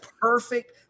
perfect